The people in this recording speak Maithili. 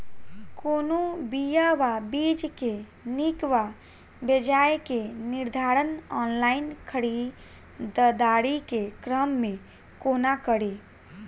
कोनों बीया वा बीज केँ नीक वा बेजाय केँ निर्धारण ऑनलाइन खरीददारी केँ क्रम मे कोना कड़ी?